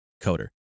coder